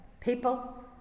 people